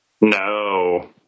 No